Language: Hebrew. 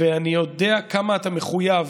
ואני יודע כמה אתה מחויב,